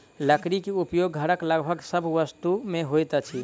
लकड़ी के उपयोग घरक लगभग सभ वस्तु में होइत अछि